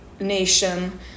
nation